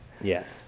Yes